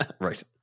right